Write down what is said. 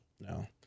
No